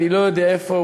אני לא יודע איפה,